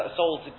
sold